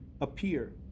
appear